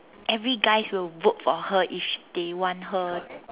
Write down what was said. every guys will vote for her if they want her